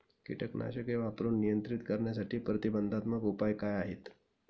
कीटकनाशके वापरून नियंत्रित करण्यासाठी प्रतिबंधात्मक उपाय काय आहेत?